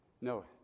No